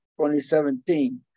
2017